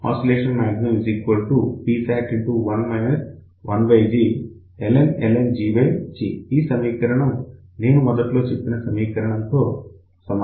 Psat1 1G ln G G ఈ సమీకరణం నేను మొదట్లో చెప్పిన సమీకరణం తో సమానం